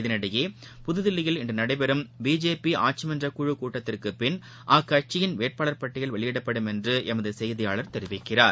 இதனிடையே புதுதில்லியில் இன்று நடைபெறும் பிஜேபி ஆட்சிமன்ற குழு கூட்டத்திற்கு பின் அக்கட்சியின் வேட்பாளர் பட்டியல் வெளியிடப்படும் என்று எமது செய்தியாளர் தெரிவிக்கிறார்